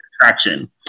attraction